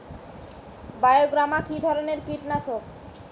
বায়োগ্রামা কিধরনের কীটনাশক?